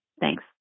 Thanks